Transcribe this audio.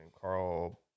Carl